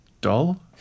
dull